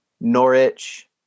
Norwich